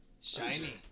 shiny